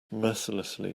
mercilessly